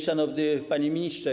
Szanowny Panie Ministrze!